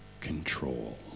control